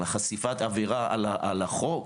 על חשיפת עבירה על החוק,